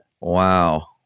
Wow